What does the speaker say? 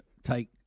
take